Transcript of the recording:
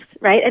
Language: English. right